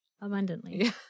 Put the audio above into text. Abundantly